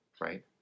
right